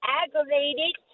aggravated